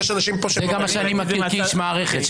זה גם מה שאני מכיר כאיש מערכת,